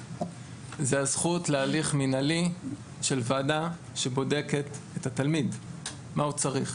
זאת הזכות להליך מינהלי של ועדה שבודקת את התלמיד ומה הוא צריך.